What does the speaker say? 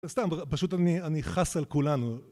סתם, פשוט אני חס על כולנו